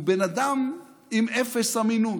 הוא בן אדם עם אפס אמינות.